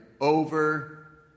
over